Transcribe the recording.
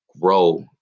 grow